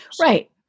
Right